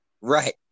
Right